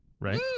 Right